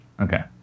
okay